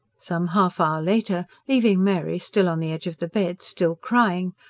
some half hour later, leaving mary still on the edge of the bed, still crying,